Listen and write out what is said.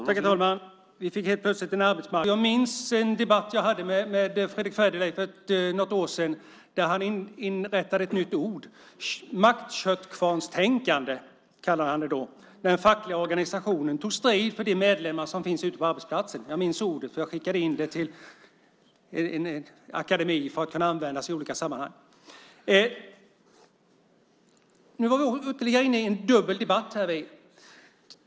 Herr talman! Vi fick helt plötsligt en arbetsmarknadspolitisk debatt. Jag minns en debatt jag hade med Fredrick Federley för något år sedan då han myntade ett nytt ord. Maktköttkvarnstänkande kallade han det, då den fackliga organisationen tog strid för de medlemmar som finns ute på arbetsplatser. Jag minns ordet, för jag skickade in det till en akademi för att kunna användas i olika sammanhang. Nu är vi återigen inne i en dubbel debatt.